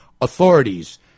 authorities